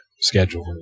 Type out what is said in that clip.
Schedule